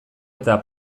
eta